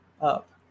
up